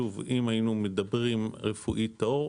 שוב אם הינו מדברים רפואית טהור,